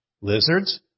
Lizards